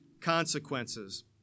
consequences